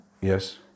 Yes